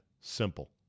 simple